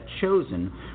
chosen